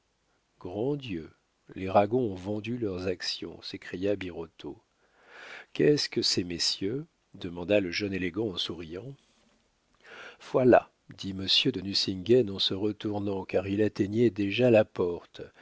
grand dieu les ragon ont vendu leurs actions s'écria birotteau qu'est-ce que ces messieurs demanda le jeune élégant en souriant foilà dit monsieur de nucingen en se retournant car il atteignait déjà la porte